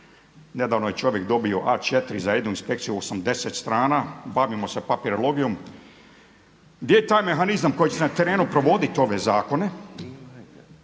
Nedavno je čovjek dobio A4 za jednu inspekciju 80 strana, bavimo se papirologijom. Gdje je taj mehanizam koji će na terenu provoditi ove zakone,